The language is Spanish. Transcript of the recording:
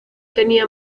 tenía